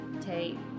take